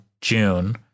june